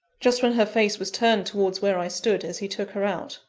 just when her face was turned towards where i stood, as he took her out,